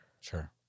Sure